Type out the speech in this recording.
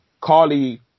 Carly